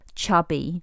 chubby